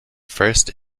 first